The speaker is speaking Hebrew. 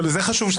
זה חשוב.